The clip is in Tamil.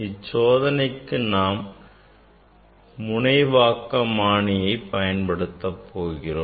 இச்சோதனைக்கு நாம் முனைவாக்கமானியை பயன்படுத்த போகிறோம்